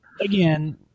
Again